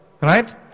right